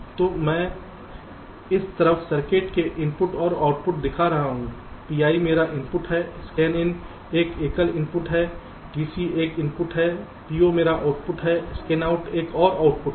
तो मैं एक तरफ सर्किट के इनपुट और आउटपुट दिखा रहा हूं PI मेरा इनपुट है Scanin एक एकल इनपुट है TC एक इनपुट है PO मेरे आउटपुट हैं Scanout एक और आउटपुट है